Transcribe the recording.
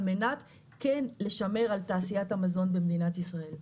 על מנת כן לשמר את תעשיית המזון במדינת ישראל.